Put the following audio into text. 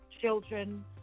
children